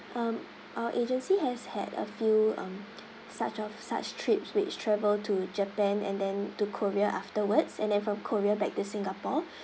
um our agency has had a few um such of such trips which travel to japan and then to korea afterwards and then from korea back to singapore